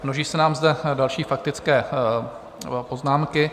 Množí se nám zde další faktické poznámky.